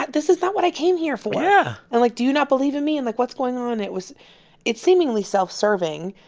this is not what i came here for yeah and, like, do you not believe in me? and, like, what's going on? it was it's seemingly self-serving,